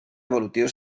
evolutiu